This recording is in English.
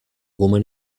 woman